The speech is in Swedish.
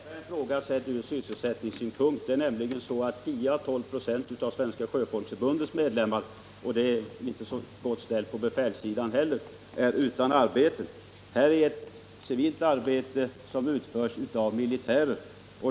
Herr talman! Denna fråga kan även ses ur sysselsättningssynpunkt. 10 å 12 96 av Svenska sjöfolksförbundets medlemmar — det är inte så väl beställt på befälssidan heller — är utan arbete. Här rör det sig om ett civilt arbete som utförs av militärer.